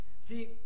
See